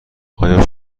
آیا